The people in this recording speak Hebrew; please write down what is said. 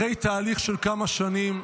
אחרי תהליך של כמה שנים,